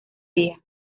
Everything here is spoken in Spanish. día